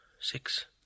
six